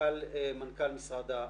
מנכ"ל משרד הפנים.